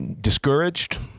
discouraged